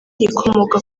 ikomoka